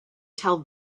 tell